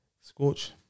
Scorch